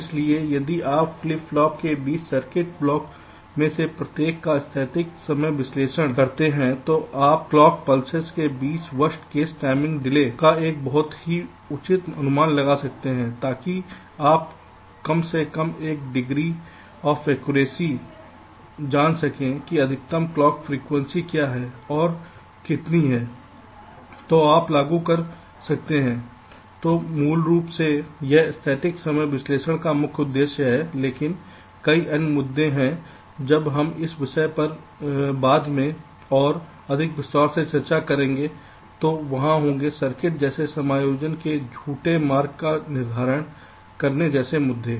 इसलिए यदि आप फ्लिप फ्लॉप के बीच सर्किट ब्लॉक में से प्रत्येक का स्थैतिक समय विश्लेषण करते हैं तो आप क्लॉक पल्सेस के बीच वर्स्ट केस टाइमिंग डिले का एक बहुत ही उचित अनुमान लगा सकते हैं ताकि आप कम से कम एक डिग्री ऑफ एक्यूरेसी जान सके की अधिकतम क्लॉक फ्रिकवेंसी क्या है और कितनी है जो आप लागू कर सकते हैं तो मूल रूप से यह स्थैतिक समय विश्लेषण का मुख्य उद्देश्य है लेकिन कई अन्य मुद्दे हैं जब हम इस विषय पर बाद में और अधिक विस्तार से चर्चा करेंगे तो वहाँ होंगे सर्किट जैसे समायोजन के झूठे मार्ग का निर्धारण करने जैसे मुद्दे